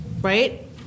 right